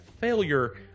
failure